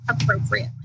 appropriately